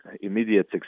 immediate